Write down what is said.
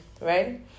right